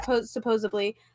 supposedly